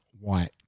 white